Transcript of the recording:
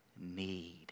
need